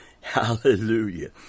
Hallelujah